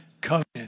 covenant